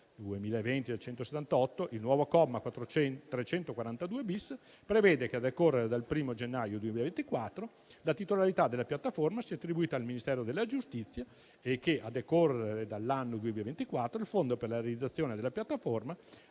2020, il nuovo comma 342-bis, prevede che a decorrere dal 1° gennaio 2024 la titolarità della piattaforma sia attribuita al Ministero della giustizia e che, a decorrere dall'anno 2024, il Fondo per la realizzazione della piattaforma